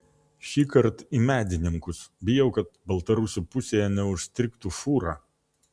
šįkart į medininkus bijau kad baltarusių pusėje neužstrigtų fūra